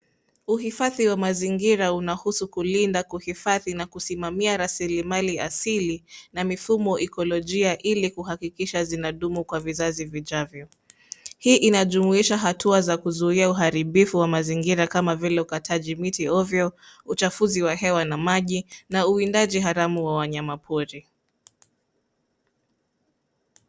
Uhifadhi wa mazingira unahusu kulinda, kuhifadhi na kusimamia rasilimali asili na mifumo ekolojia, ili kuhakikisha zinadumu kwa vizazi vijavyo. Hii inajumuisha hatua za kuzuia uharibifu wa mazingira, kama vile, ukataji miti ovyo, uchafuzi wa hewa na maji na uwindaji haramu wa wanyama pori.